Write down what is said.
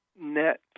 net